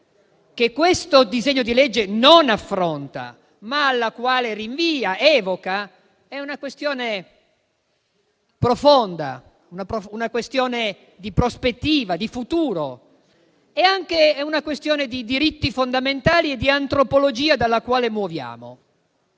che questo disegno di legge non affronta, ma alla quale rinvia ed evoca, è una questione profonda, una questione di prospettiva, di futuro; è anche una questione di diritti fondamentali e di antropologia dalla quale muoviamo.